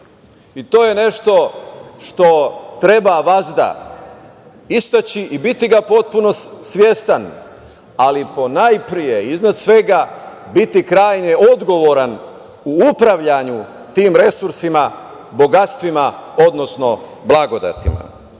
i to je nešto što treba vazda istaći i biti potpuno svestan, ali ponajpre i iznad svega biti krajnje odgovoran u upravljanju tim resursima, bogatstvima, odnosno blagodetima. Zapravo,